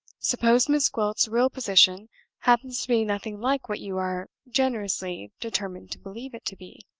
suppose miss gwilt's real position happens to be nothing like what you are generously determined to believe it to be?